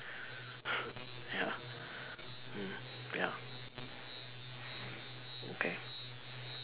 ya mm ya okay